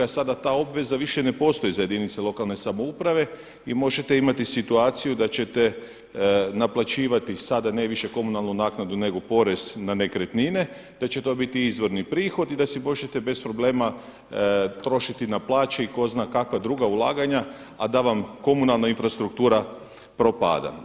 Sada ta obveza više ne postoji za jedinice lokalne samouprave i možete imati situaciju da ćete naplaćivati sada ne više komunalnu naknadu nego porez na nekretnine, da će to biti izvorni prihod i da si možete bez problema trošiti na plaći i tko zna kakva druga ulaganja a da vam komunalna infrastruktura propada.